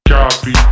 Copy